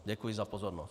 Děkuji za pozornost.